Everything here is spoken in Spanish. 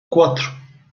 cuatro